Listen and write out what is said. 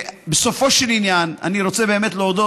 ובסופו של עניין אני רוצה באמת להודות